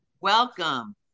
Welcome